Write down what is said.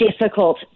difficult